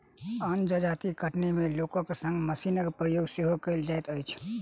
अन्य जजाति कटनी मे लोकक संग मशीनक प्रयोग सेहो कयल जाइत अछि